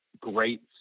great